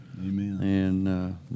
Amen